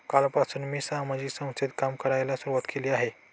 कालपासून मी सामाजिक संस्थेत काम करण्यास सुरुवात केली आहे